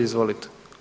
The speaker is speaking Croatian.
Izvolite.